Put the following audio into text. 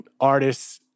artists